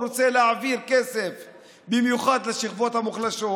הוא רוצה להעביר כסף במיוחד לשכבות המוחלשות,